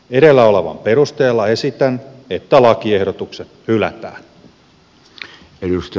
edellä olevan perusteella esitän että lakiehdotukset hylätään